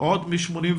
עוד מ-88'